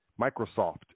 Microsoft